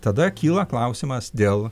ne tada kyla klausimas dėl